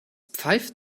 pfeift